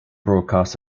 broadcasts